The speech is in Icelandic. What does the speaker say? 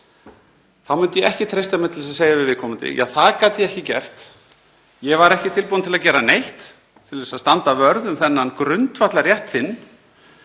Þá myndi ég ekki treysta mér til að segja við viðkomandi: Ja, það gat ég ekki gert. Ég var ekki tilbúinn til að gera neitt til að standa vörð um þennan grundvallarrétt þinn